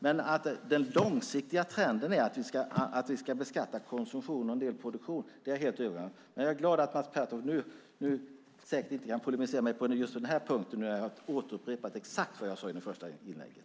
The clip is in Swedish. Men att den långsiktiga trenden är att vi ska beskatta konsumtion och en del produktion är jag helt övertygad om. Jag är glad att Mats Pertoft säkert inte kan pulvrisera mig på just den här punkten, nu när jag har återupprepat exakt vad jag sade i det första inlägget.